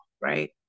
right